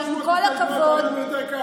היית מביאה אותן.